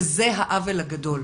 וזה העוול הגדול.